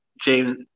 James